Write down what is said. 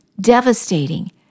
devastating